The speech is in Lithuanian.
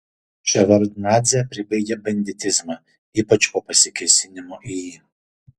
ševardnadzė pribaigė banditizmą ypač po pasikėsinimo į jį